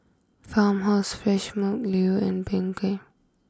Farmhouse Fresh Milk Leo and Bengay